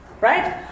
right